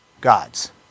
gods